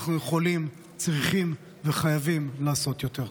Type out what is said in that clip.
אנחנו יכולים, צריכים וחייבים לעשות יותר.